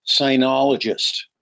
sinologist